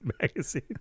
magazine